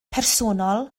personol